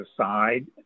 aside